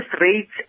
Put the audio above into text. rates